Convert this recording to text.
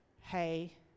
hey